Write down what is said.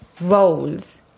roles